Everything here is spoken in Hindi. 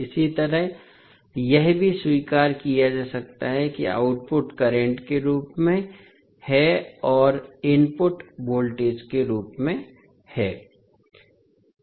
इसी तरह यह भी स्वीकार किया जा सकता है कि आउटपुट करंट के रूप में है और इनपुट वोल्टेज के रूप में है